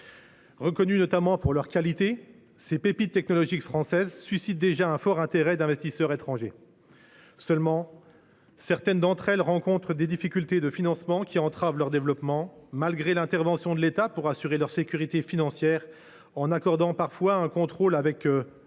Reconnues notamment pour leur qualité, ces pépites technologiques françaises suscitent déjà un fort intérêt chez les investisseurs étrangers. Certaines d’entre elles rencontrent toutefois des difficultés de financement qui entravent leur développement, malgré l’intervention de l’État pour assurer leur sécurité financière, des contrats avec